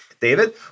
David